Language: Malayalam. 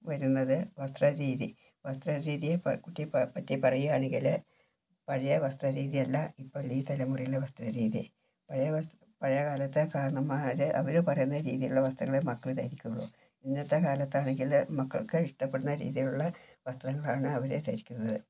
വരുന്നത് വസ്ത്രരീതി വസ്ത്രരീതിയെ പറ്റി പ പറ്റി പറയുവാണെങ്കിൽ പഴയ വസ്ത്രം രീതിയല്ല ഇപ്പോൾ ഈ തലമുറയിലെ വസ്ത്ര രീതി പഴയ വസ്ത്രം പഴയ കാലത്ത് കാർന്നമ്മാർ അവർ പറയുന്ന രീതിയിലുള്ള വസ്ത്രങ്ങൾ മക്കൾ ധരിക്കുവുള്ളു ഇന്നത്തെ കാലത്താണെങ്കിൽ മക്കൾക്ക് ഇഷ്ട്ടപ്പെടുന്ന രീതിയിലുള്ള വസ്ത്രങ്ങളാണ് അവർ ധരിക്കുന്നത്